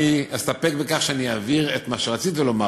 אני אסתפק בכך שאני אעביר את מה שרציתי לומר